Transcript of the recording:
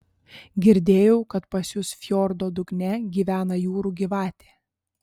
girdėjau kad pas jus fjordo dugne gyvena jūrų gyvatė